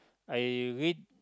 I read